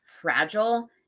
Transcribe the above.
fragile